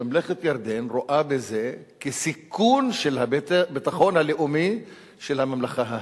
שממלכת ירדן רואה בזה סיכון של הביטחון הלאומי של הממלכה ההאשמית.